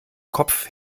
kopfe